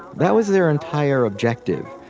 that was their entire objective.